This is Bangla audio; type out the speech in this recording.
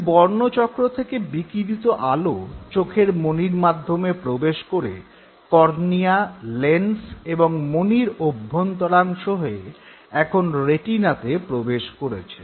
ঐ বর্ণচক্র থেকে বিকিরিত আলো চোখের মণির মাধ্যমে প্রবেশ করে কর্নিয়া লেন্স এবং মণির অভ্যন্তরাংশ হয়ে এখন রেটিনাতে প্রবেশ করেছে